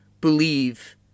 believe